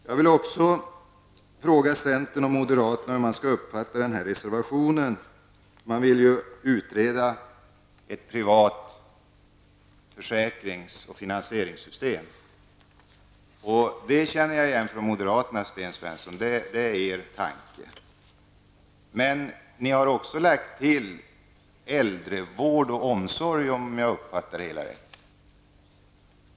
Jag vill också fråga centern och moderaterna hur man skall uppfatta reservationens krav på utredning av ett privat försäkrings och finansieringssystem. Det kravet känner jag igen från moderat håll, Sten Svensson. Det är er tanke. Men ni har också lagt till områdena äldrevård och - omsorg, om jag uppfattade det rätt.